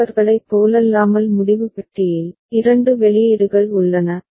மற்றவர்களைப் போலல்லாமல் முடிவு பெட்டியில் இரண்டு வெளியீடுகள் உள்ளன